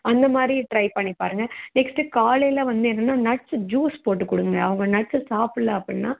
அந்தமாதிரி ட்ரை பண்ணி பாருங்கள் நெக்ஸ்ட்டு காலையில் வந்து என்னன்னா நட்ஸ்ஸு ஜூஸ் போட்டு கொடுங்க அவங்க நட்ஸை சாப்புடல்ல அப்படின்னா